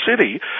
city